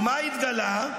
ומה התגלה?